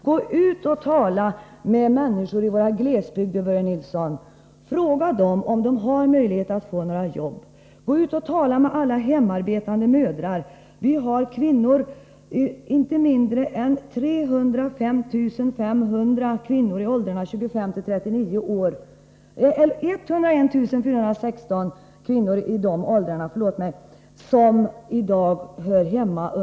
Gå ut och tala med människorna i våra glesbygder, Börje Nilsson, och fråga dem om de har några möjligheter att få jobb! Gå ut och tala med alla hemarbetande mödrar! Inte mindre än 101 416 kvinnor i åldrarna 25-39 år omfattas av denna försäkring.